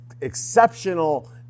exceptional